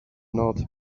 not